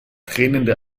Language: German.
tränende